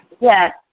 Yes